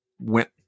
went